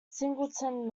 singleton